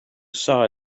saw